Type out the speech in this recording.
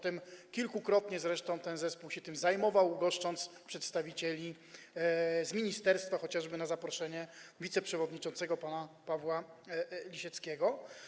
Tym kilkakrotnie zresztą ten zespół się zajmował, goszcząc przedstawicieli z ministerstwa chociażby, na zaproszenie wiceprzewodniczącego pana Pawła Lisieckiego.